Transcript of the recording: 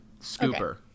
scooper